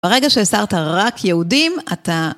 ברגע שהסרת רק יהודים, אתה...